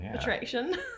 attraction